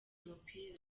umupira